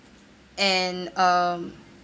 and uh